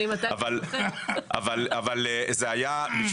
אבל זה היה,